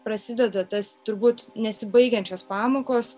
prasideda tas turbūt nesibaigiančios pamokos